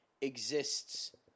exists